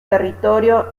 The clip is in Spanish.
territorio